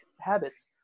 habits